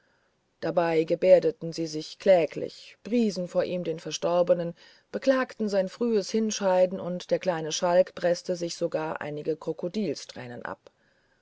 daher gebärdeten sie sich kläglich priesen vor ihm den verstorbenen beklagten sein frühes hinscheiden und der kleine schalk preßte sich sogar einige krokodilstränen aus